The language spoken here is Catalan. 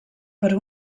per